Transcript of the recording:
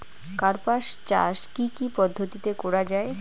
কার্পাস চাষ কী কী পদ্ধতিতে করা য়ায়?